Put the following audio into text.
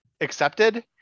accepted